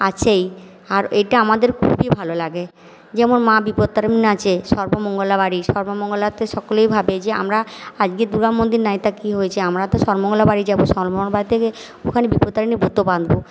আছেই আর এটা আমাদের খুবই ভালো লাগে যেমন মা বিপদতারিনী আছে সর্বমঙ্গলা বাড়ি সর্বমঙ্গলাতে সকলেই ভাবে যে আমরা আজকে দুর্গা মন্দির নাই তো কি হয়েছে আমরা তো সর্বমঙ্গলা বাড়ি যাব সর্বমঙ্গলা বাড়িতে গিয়ে ওখানে বিপদতারিনীর ব্রত বাঁধবো